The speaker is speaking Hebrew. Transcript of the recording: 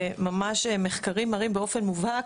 שממש מחקרים מראים באופן מובהק,